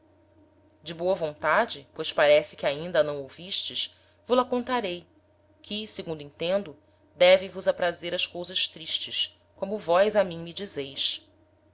de boa vontade pois parece que ainda a não ouvistes vo la contarei que segundo entendo devem vos aprazer as cousas tristes como vós a mim me dizeis